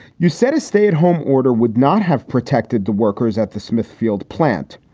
you said a stay at home order would not have protected the workers at the smithfield plant.